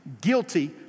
guilty